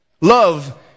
Love